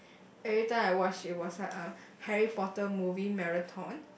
every time I watch it was like uh Harry Porter movie marathon